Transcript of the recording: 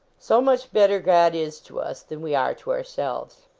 so much better god is to us than we are to ourselves.